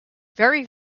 very